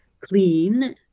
clean